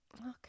Okay